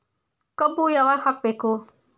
ಕಬ್ಬು ಯಾವಾಗ ಹಾಕಬೇಕು?